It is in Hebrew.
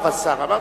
השר.